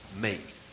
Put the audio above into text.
make